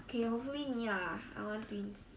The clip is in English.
K hopefully me lah I want twins